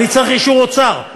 אני צריך אישור אוצר.